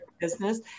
business